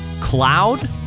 Cloud